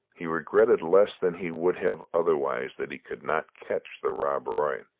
he regretted less than he would have otherwise that he could not catch the rob roy.